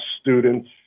students